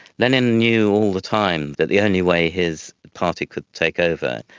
lenin knew all the time that the only way his party could take over,